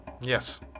Yes